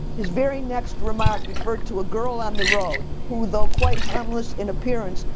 his very next remark referred to a girl on the road, who though quite harmless in appearance,